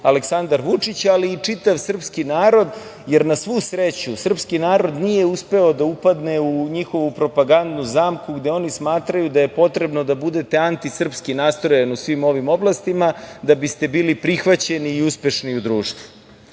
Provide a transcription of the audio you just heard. Aleksandra Vučića, ali i čitav srpski narod, jer na svu sreću srpski narod nije uspeo da upadne u njihovu propagandu, zamku gde oni smatraju da je potrebno da bude antisrpski nastrojeni u svim ovim oblastima da biste bili prihvaćeni i uspešni u društvu. Srpski